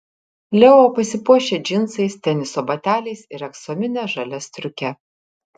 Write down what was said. leo pasipuošia džinsais teniso bateliais ir aksomine žalia striuke